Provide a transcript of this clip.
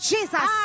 Jesus